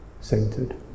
centered